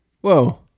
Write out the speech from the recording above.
Whoa